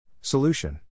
Solution